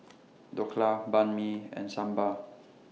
Dhokla Banh MI and Sambar